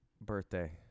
birthday